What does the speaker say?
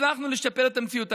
הצלחנו לשפר את המציאות,